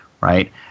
right